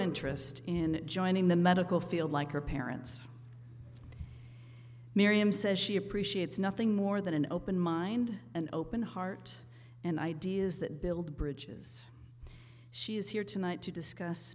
interest in joining the medical field like her parents miriam says she appreciates nothing more than an open mind and open heart and ideas that build bridges she is here tonight to discuss